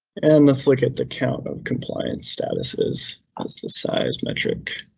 and let's look at the count of compliance statuses as the size metric.